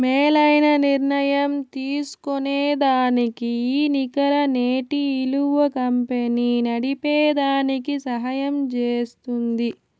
మేలైన నిర్ణయం తీస్కోనేదానికి ఈ నికర నేటి ఇలువ కంపెనీ నడిపేదానికి సహయం జేస్తుంది